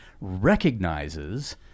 recognizes